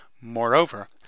Moreover